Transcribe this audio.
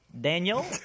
Daniel